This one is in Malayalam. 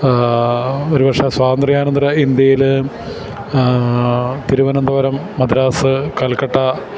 ഒരുപക്ഷേ സ്വാതന്ത്ര്യാനന്തര ഇന്ത്യയില് തിരുവനന്തപുരം മദ്രാസ് കൽക്കട്ട